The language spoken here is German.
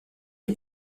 die